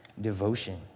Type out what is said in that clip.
devotion